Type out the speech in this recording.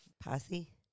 Posse